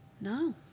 No